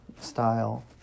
style